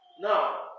Now